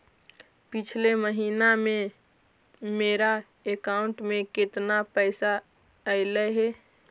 पिछले महिना में मेरा अकाउंट में केतना पैसा अइलेय हे?